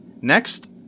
Next